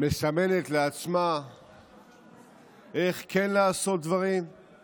מסמנת לעצמה איך כן לעשות דברים וגם איך לא לעשות דברים.